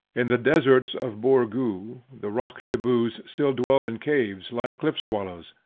in the deserts of borgoo the rock-tibboos still dwell in caves, like cliff-swallows,